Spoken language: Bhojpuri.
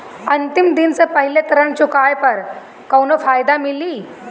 अंतिम दिन से पहले ऋण चुकाने पर कौनो फायदा मिली?